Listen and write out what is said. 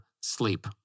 sleep